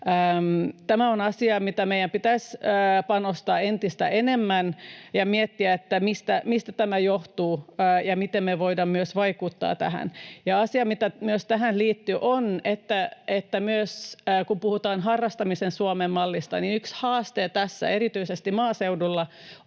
Tämä on asia, mihin meidän pitäisi panostaa entistä enemmän ja miettiä, mistä tämä johtuu ja miten me voidaan myös vaikuttaa tähän. Asia, mikä myös tähän liittyy, on se, että myös kun puhutaan harrastamisen Suomen mallista, niin yksi haaste tässä erityisesti maaseudulla